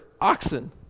oxen